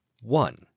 one